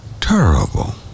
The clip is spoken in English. terrible